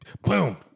boom